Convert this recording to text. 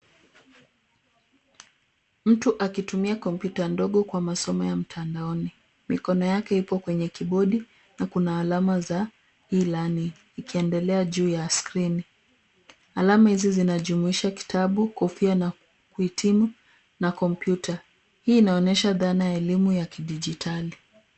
Mtu akitumia kompyuta ndogo kwa masomo ya mtandaoni. Mikono yake ipo kwenye kibodi na kuna alama za e-learning ikiendelea juu ya skrini. Alama hizi inajumuisha kitabu na kuhitimu na kompyuta. Hii inaonyesha dhana ya elimu ya kidijitali.